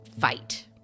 fight